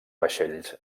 vaixells